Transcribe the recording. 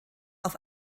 auf